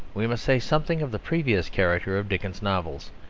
we must say something of the previous character of dickens's novels,